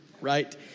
Right